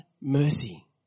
mercy